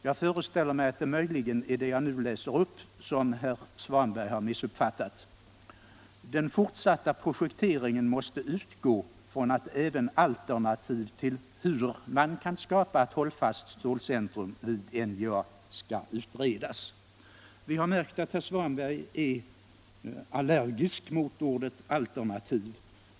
Jag föreställer mig att det möjligen är det jag nu tänker läsa upp som herr Svanberg har missuppfattat, nämligen att den ”fortsatta projekteringen måste utgå från att även alternativ till hur man kan skapa ett hållfast stålcentrum vid NJA skall utredas”. Vi har märkt att herr Svanberg är allergisk mot ordet alternativ.